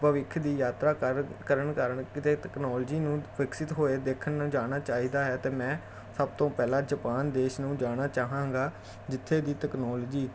ਭਵਿੱਖ ਦੀ ਯਾਤਰਾ ਕਰ ਕਰਨ ਕਾਰਨ ਕਿਤੇ ਤੈਕਨੋਲਜੀ ਨੂੰ ਵਿਕਸਿਤ ਹੋਏ ਦੇਖਣ ਨੂੰ ਜਾਣਾ ਚਾਹੀਦਾ ਹੈ ਤਾਂ ਮੈਂ ਸਭ ਤੋਂ ਪਹਿਲਾਂ ਜਪਾਨ ਦੇਸ਼ ਨੂੰ ਜਾਣਾ ਚਾਹਾਂਗਾ ਜਿੱਥੇ ਦੀ ਤਕਨੋਲਜੀ